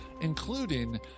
including